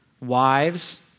wives